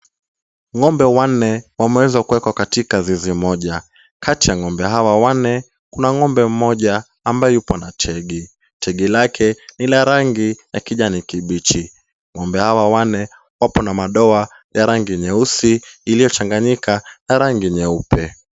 Ng'ombe wanne wameweza kuwekwa katika zizi moja. Kati ya hawa ng'ombe wanne, kuna ng'ombe mmoja ambaye yuko na tagi. Tagi lake ni la rangi ya kijani kibichi . Ng'ombe hawa wanne wapo na madoa ya rangi nyeusi iliyochanganyika na rangi nyeupe.